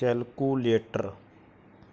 calculator